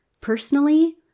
Personally